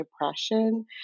depression